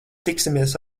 tiksimies